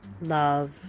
love